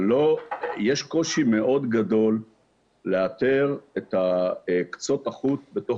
יש קושי מאוד גדול לאתר את קצות החוט בתוך